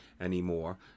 anymore